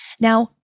now